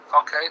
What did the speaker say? okay